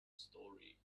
story